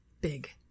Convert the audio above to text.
Big